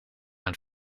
het